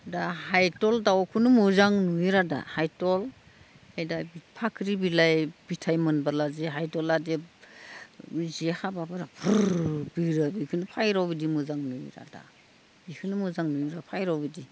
दा हायदल दाउखौनो मोजां नुयोरा दा हादल ओमफाय दा फाख्रि बिलाइ फिथाइ मोनबोला जि हादलादि जि खाबाबो भ्रुर बिरो बेखोनो फारौ गिदि मोजां मोनो दा बेखौनो मोजां नुयोर' फारौ बादि